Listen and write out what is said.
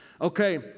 Okay